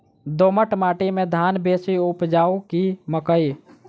दोमट माटि मे धान बेसी उपजाउ की मकई?